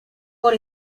por